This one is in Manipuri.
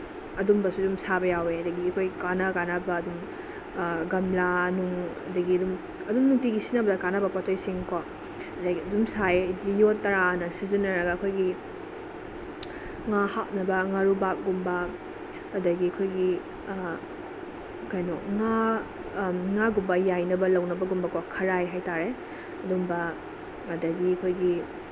ꯑꯗꯨꯝꯕꯁꯨ ꯑꯗꯨꯝ ꯁꯥꯕ ꯌꯥꯎꯋꯤ ꯑꯗꯒꯤ ꯑꯩꯈꯣꯏ ꯀꯥꯟꯅ ꯀꯥꯟꯅꯕ ꯑꯗꯨꯝ ꯒꯝꯂꯥ ꯅꯨꯡ ꯑꯗꯒꯤ ꯑꯗꯨꯝ ꯑꯗꯨꯝ ꯅꯨꯡꯇꯤꯒꯤ ꯁꯤꯖꯤꯟꯅꯕꯗ ꯀꯥꯟꯅꯕ ꯄꯣꯠ ꯆꯩꯁꯤꯡ ꯀꯣ ꯑꯗꯩ ꯑꯗꯨꯝ ꯁꯥꯏ ꯌꯣꯠ ꯇꯔꯥꯅ ꯁꯤꯖꯤꯟꯅꯔꯒ ꯑꯩꯈꯣꯏꯒꯤ ꯉꯥ ꯍꯥꯞꯅꯕ ꯉꯥꯔꯨꯕꯥꯛꯀꯨꯝꯕ ꯑꯗꯒꯤ ꯑꯩꯈꯣꯏꯒꯤ ꯀꯩꯅꯣ ꯉꯥ ꯉꯥꯒꯨꯝꯕ ꯌꯥꯏꯅꯕ ꯂꯧꯅꯕꯒꯨꯝꯕꯀꯣ ꯈꯔꯥꯏ ꯍꯥꯏ ꯇꯥꯔꯦ ꯑꯗꯨꯝꯕ ꯑꯗꯒꯤ ꯑꯩꯈꯣꯏꯒꯤ